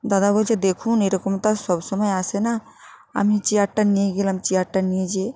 দাদা বলছে দেখুন এরকম তো আর সব সময় আসে না আমি চেয়ারটা নিয়ে গেলাম চেয়ারটা নিয়ে যেয়ে